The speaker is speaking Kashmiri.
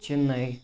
چِنَے